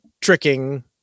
tricking